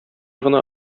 гына